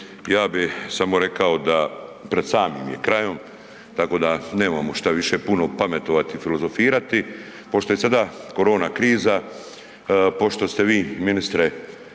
ja bi samo rekao da pred samim je krajem tako da nemamo šta više puno pametovati i filozofirati. Pošto je sada korona kriza, pošto ste vi ministre